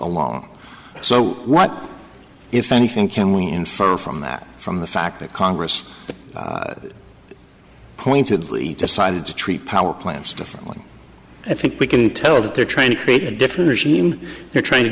along so what if anything can we infer from that from the fact that congress pointedly decided to treat power plants differently i think we can tell that they're trying to create a different regime they're trying to